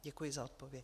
Děkuji za odpověď.